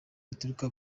rituruka